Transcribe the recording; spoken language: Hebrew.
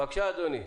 בבקשה, אדוני.